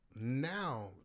now